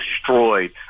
destroyed